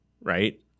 right